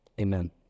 Amen